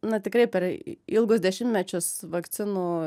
na tikrai per ilgus dešimtmečius vakcinų